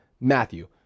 Matthew